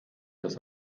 das